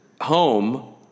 home